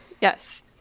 Yes